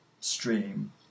stream